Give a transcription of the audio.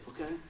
okay